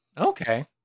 okay